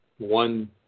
one